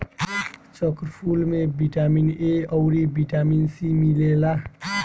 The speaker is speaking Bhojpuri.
चक्रफूल में बिटामिन ए अउरी बिटामिन सी मिलेला